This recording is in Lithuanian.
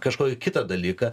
kažkokį kitą dalyką